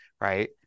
right